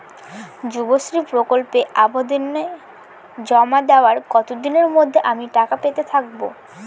যুবশ্রী প্রকল্পে আবেদন জমা দেওয়ার কতদিনের মধ্যে আমি টাকা পেতে থাকব?